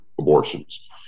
abortions